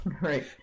right